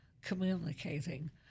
communicating